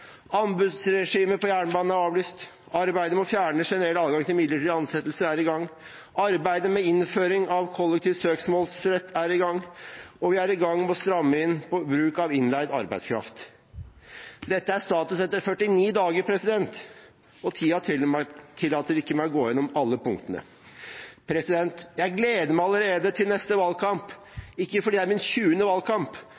Anbudsregimet på jernbanen er avlyst. Arbeidet med å fjerne generell adgang til midlertidige ansettelser er i gang. Arbeidet med innføring av kollektiv søksmålsrett er i gang. Vi er i gang med å stramme inn på bruk av innleid arbeidskraft. Dette er status etter 49 dager, og tiden tillater meg ikke å gå gjennom alle punktene. Jeg gleder meg allerede til neste